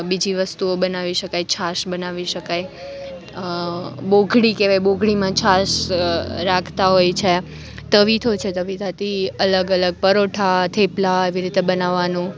બીજી વસ્તુઓ બનાવી શકાય છાશ બનાવી શકાય બોઘણી કહેવાય બોઘણીમાં છાશ રાખતાં હોય છે તવીથો છે તવીથાથી અલગ અલગ પરોઠાં થેપલાં એવી રીતે બનાવવાનું